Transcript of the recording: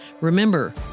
Remember